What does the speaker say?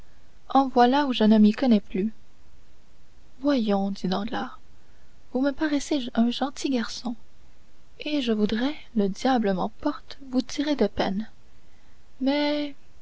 en voilà ou je ne m'y connais plus voyons dit danglars vous me paraissez un gentil garçon et je voudrais le diable m'emporte vous tirer de peine mais